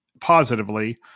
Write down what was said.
positively